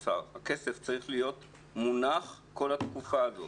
הכסף צריך להיות מונח בכל התקופה הזאת.